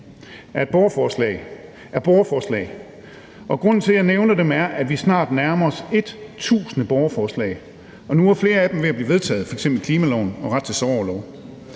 er borgerforslagene, og grunden til, at jeg nævner dem, er, at vi snart nærmer os 1.000 borgerforslag, og at flere af dem nu er ved at blive vedtaget, f.eks. om klimaloven og om ret til sorgorlov.